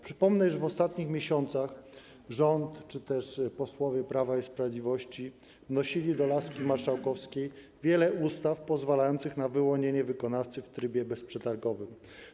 Przypomnę, iż w ostatnich miesiącach rząd czy też posłowie Prawa i Sprawiedliwości wnosili do laski marszałkowskiej wiele ustaw pozwalających na wyłonienie wykonawcy w trybie bezprzetargowym.